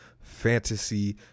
fantasy